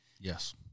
Yes